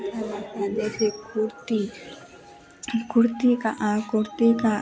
जैसे कुर्ती कुर्ती का कुर्ती का